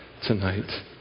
tonight